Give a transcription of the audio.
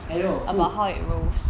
I know cool